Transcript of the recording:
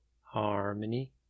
Harmony